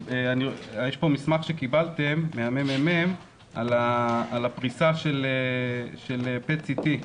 יש פה מסמך שקיבלתם מהממ"מ על הפריסה של PET-CT,